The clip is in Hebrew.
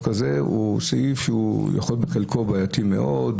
הזה שיש סעיף שבחלקו הוא בעייתי מאוד,